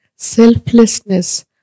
selflessness